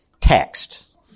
text